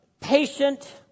patient